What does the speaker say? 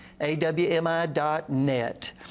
awmi.net